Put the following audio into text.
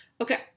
Okay